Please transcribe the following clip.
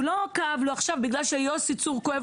לא כאב לו עכשיו בגלל שליוסי צור כואב,